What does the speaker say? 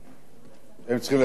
הם צריכים לצאת החוצה?